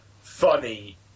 funny